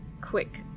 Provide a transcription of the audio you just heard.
Quick